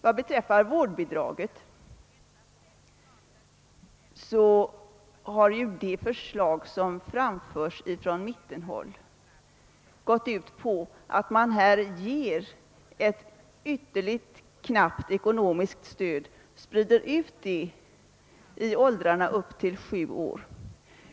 Vad beträffar vårdbidraget har det förslag som framförts från mittenhåll gått ut på att man skall ge ett ytterligt knappt ekonomiskt stöd och sprida ut det i åldrarna upp till sju år.